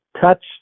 touch